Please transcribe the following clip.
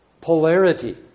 polarity